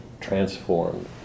transformed